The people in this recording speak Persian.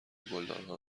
گلدانها